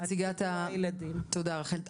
תודה, רחל.